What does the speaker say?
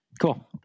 Cool